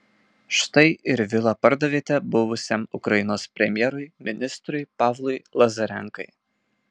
štai ir vilą pardavėte buvusiam ukrainos premjerui ministrui pavlui lazarenkai